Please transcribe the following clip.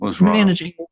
managing